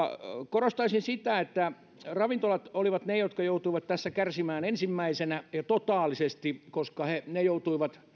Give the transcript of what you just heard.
korostaisin sitä että ravintolat olivat ne jotka joutuivat tässä kärsimään ensimmäisenä ja totaalisesti koska